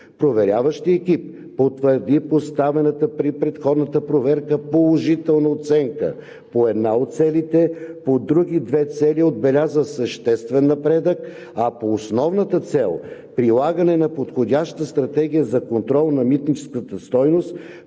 Проверяващият екип потвърди поставената при предходната проверка положителна оценка по една от целите, по други две цели отбеляза съществен напредък, а по основната цел – прилагане на подходяща стратегия за контрол на митническата стойност,